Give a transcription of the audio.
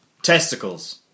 testicles